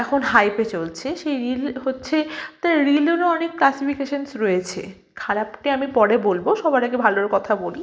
এখন হাইপে চলছে সেই রিল হচ্ছে তো রিলেরও অনেক ক্লাসিফিকেশান্স রয়েছে খারাপটাই আমি পরে বলবো সবার আগে ভালোর কথা বলি